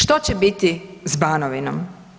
Što će biti s Banovinom?